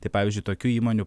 tai pavyzdžiui tokių įmonių